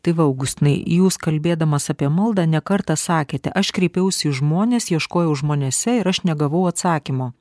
tai va augustinai jūs kalbėdamas apie maldą ne kartą sakėte aš kreipiausi į žmones ieškojau žmonėse ir aš negavau atsakymo